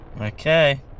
okay